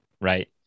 right